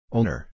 Owner